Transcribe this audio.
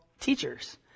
teachers